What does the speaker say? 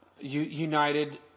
United